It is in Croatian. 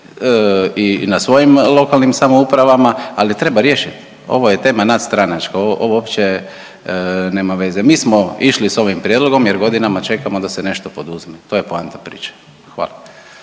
i na svojim lokalnim samoupravama, ali treba riješiti, ovo je tema nadstranačka, ovo uopće nema veze, mi smo išli s ovim prijedlogom jer godinama čekamo da se nešto poduzme. To je poanta priče. Hvala.